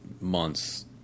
months